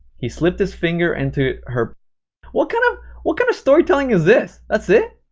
he slipped his finger into her what kind of what kind of storytelling is this! that's it!